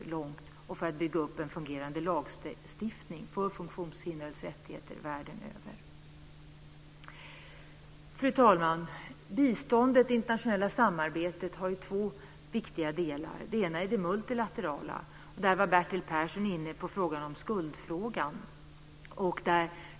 Detsamma gäller att bygga upp en fungerande lagstiftning för funktionshindrades rättigheter världen över. Fru talman! Biståndet, det internationella samarbetet, har ju två viktiga delar. Det ena är det multilaterala. Där var Bertil Persson inne på skuldfrågan.